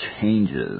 changes